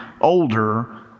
older